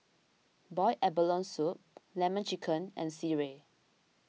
Boiled Abalone Soup Lemon Chicken and Sireh